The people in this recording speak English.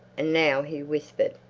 and now he whispered,